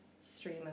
stream